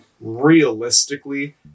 realistically